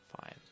Fine